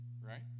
right